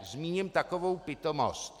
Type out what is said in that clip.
Zmíním takovou pitomost.